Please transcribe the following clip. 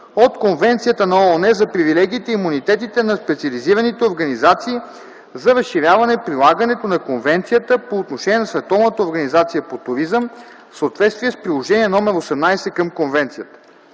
от Конвенцията на ООН за привилегиите и имунитетите на специализираните организации за разширяване прилагането на Конвенцията по отношение на Световната организация по туризъм в съответствие с Приложение № 18 към Конвенцията.